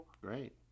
Great